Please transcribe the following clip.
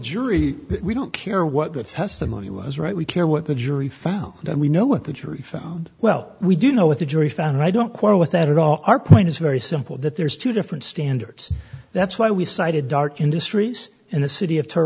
jury we don't care what the testimony was right we care what the jury found and we know what the jury found well we do know what the jury found i don't quarrel with that at all our point is very simple that there's two different standards that's why we cited dart industries in the city of tur